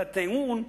הרי הטיעון הוא: